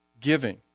giving